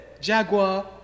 Jaguar